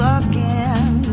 again